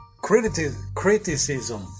criticism